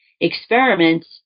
experiments